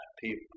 people